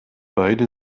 beide